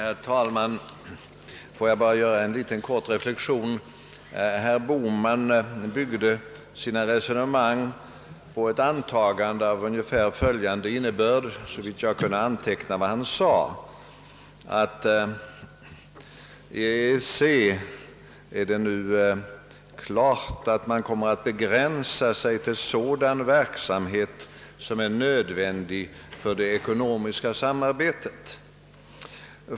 Herr talman! Låt mig göra en kort reflexion! mang på ett antagande av ungefär följande innebörd, såvitt jag kunde anteckna vad han sade: Beträffande EEC är det nu klart att man kommer att begränsa sig till sådan verksamhet som är nödvändig för det ekonomiska samarbetet.